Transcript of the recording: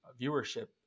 viewership